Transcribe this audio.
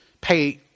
pay